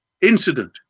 incident